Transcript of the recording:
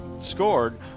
scored